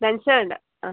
Benz വേണ്ട ആ